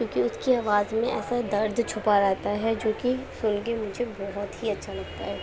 کیونکہ اس کی آواز میں ایسا درد چھپا رہتا ہے جوکہ سن کے مجھے بہت ہی اچھا لگتا ہے